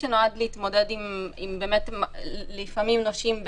לפעמים נושים,